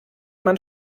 man